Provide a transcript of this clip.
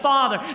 Father